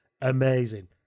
amazing